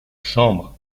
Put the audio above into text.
chambre